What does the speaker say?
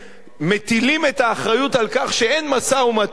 מטילים את האחריות לכך שאין משא-ומתן,